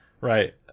right